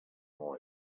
noise